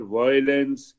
violence